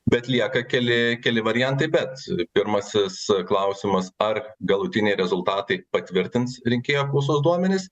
bet lieka keli keli variantai bet pirmasis klausimas ar galutiniai rezultatai patvirtins rinkėjų apklausos duomenis